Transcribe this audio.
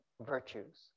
virtues